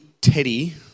Teddy